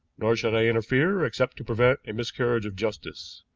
nor should i interfere except to prevent a miscarriage of justice.